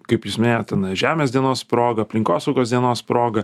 kaip jūs minėjot tenai žemės dienos proga aplinkosaugos dienos proga